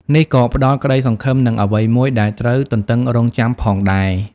នេះក៏ផ្តល់ក្តីសង្ឃឹម និងអ្វីមួយដែលត្រូវទន្ទឹងរង់ចាំផងដែរ។